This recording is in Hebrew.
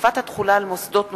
(הרחבת התחולה על מוסדות נוספים),